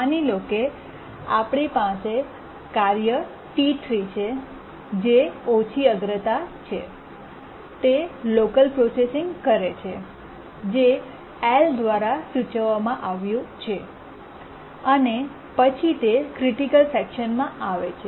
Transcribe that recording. માની લો કે આપણી પાસે કાર્ય T3 છે જે ઓછી અગ્રતા છે તે લોકલ પ્રોસેસીંગ કરે છે જે L દ્વારા સૂચવવામાં આવ્યું છે અને તે પછી તે ક્રિટિકલ સેકશનમાં આવે છે